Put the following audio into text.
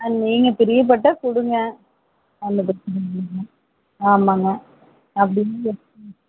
அது நீங்கள் பிரியப்பட்டா கொடுங்க ஒன்றும் பிரச்சனை இல்லிங்க ஆமாம்ங்க அப்படி நீங்கள்